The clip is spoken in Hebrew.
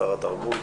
שר התרבות